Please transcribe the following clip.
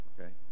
okay